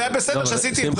אז זה היה בסדר שעשיתי את זה.